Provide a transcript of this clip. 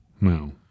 no